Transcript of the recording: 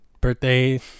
birthday